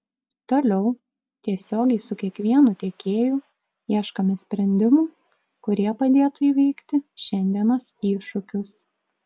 toliau tiesiogiai su kiekvienu tiekėju ieškome sprendimų kurie padėtų įveikti šiandienos iššūkius